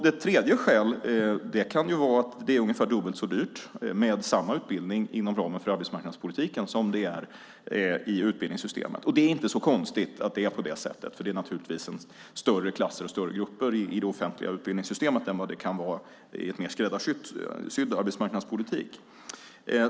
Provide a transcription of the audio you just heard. Det tredje skälet kan vara att det är ungefär dubbelt så dyrt med samma utbildning inom ramen för arbetsmarknadspolitiken som i det vanliga utbildningssystemet. Det är inte så konstigt eftersom det är större klasser, grupper, i det offentliga utbildningssystemet än i en mer skräddarsydd arbetsmarknadspolitik.